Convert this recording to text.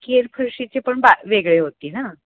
केर फरशीचे पण बा वेगळे होतील हां